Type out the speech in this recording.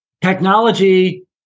technology